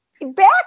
back